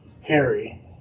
Harry